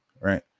Right